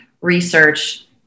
research